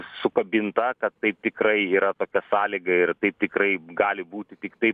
sukabinta kad taip tikrai yra tokia sąlyga ir taip tikrai gali būti tik taip